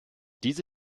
diese